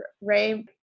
Ray